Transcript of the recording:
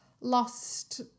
lost